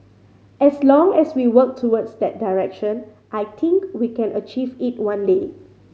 as long as we work towards that direction I think we can achieve it one day